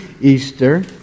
Easter